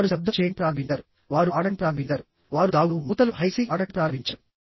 వారు శబ్దం చేయడం ప్రారంభించారు వారు ఆడటం ప్రారంభించారు వారు దాగుడు మూతలు ఆడటం ప్రారంభించారు